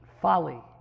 folly